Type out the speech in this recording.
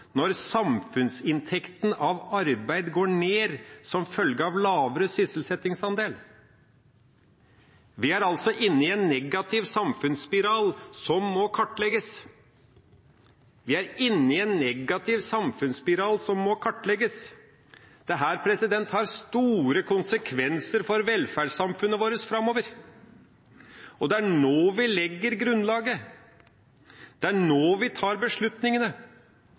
når samfunnsinntekten av arbeid går ned som følge av lavere sysselsettingsandel. Vi er altså inne i en negativ samfunnsspiral som må kartlegges. Dette har store konsekvenser for velferdssamfunnet vårt framover. Det er nå vi legger grunnlaget, og det er nå vi tar beslutningene.